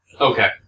Okay